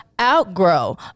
outgrow